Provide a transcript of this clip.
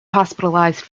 hospitalised